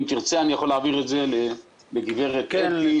אם תרצה אני רוצה להעביר את זה לגב' אתי,